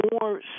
more